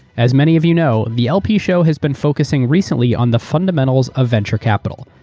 as many of you know, the lp show has been focusing recently on the fundamentals of venture capital.